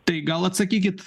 tai gal atsakykit